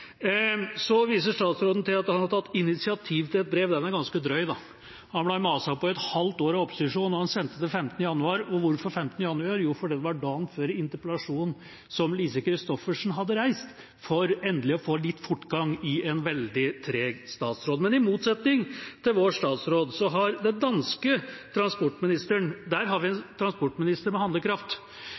Så viser statsråden til at han har tatt initiativ til et brev – den er ganske drøy, da, han ble mast på av opposisjonen et halvt år, og han sendte det den 15. januar 2014. Og hvorfor den 15. januar? Jo, fordi det var dagen før behandlinga av interpellasjonen som Lise Christoffersen hadde reist for endelig å få litt fortgang i en veldig treg statsråd. I motsetning til vår statsråd har den danske transportministeren – det er en transportminister med handlekraft